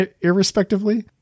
irrespectively